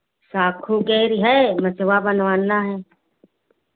साखू के है मचबा बनवाना है